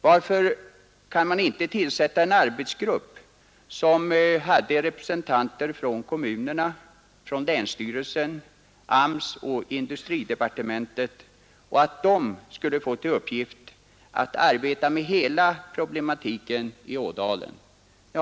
Varför kan man inte tillsätta en arbetsgrupp av Ang. sysselsättningrepresentanter från kommunerna, länsstyrelsen, AMS och industridepar = en för befolkningen tementet, vilken skulle få till uppgift att arbeta med hela problematiken i i Vindelådalen ådalen?